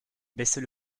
baisser